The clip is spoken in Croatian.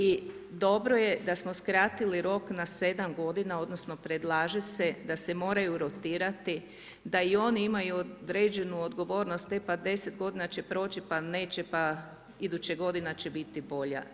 I dobro je da smo skratili rok na sedam godina odnosno predlaže se da se moraju rotirati da i oni imaju određenu odgovornost, e pa deset godina će proši, pa neće pa iduća godina će biti bolja.